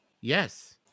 Yes